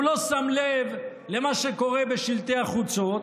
הוא לא שם לב למה שקורה בשלטי החוצות,